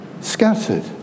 scattered